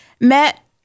met